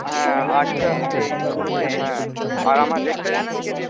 হ্যাঁ আচ্ছা হ্যাঁ আর আমার রেটটা জানেন তো